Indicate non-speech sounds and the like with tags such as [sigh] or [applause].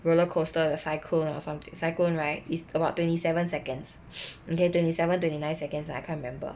roller coaster the cyclone or something [noise] cyclone right is about twenty seven seconds [breath] okay twenty seven twenty nine seconds I can't remember